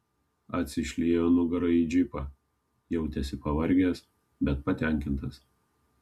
atsišliejo nugara į džipą jautėsi pavargęs bet patenkintas